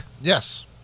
Yes